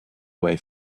way